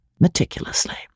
meticulously